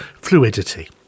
fluidity